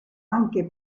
anche